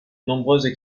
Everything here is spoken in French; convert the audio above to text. nombreuses